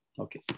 okay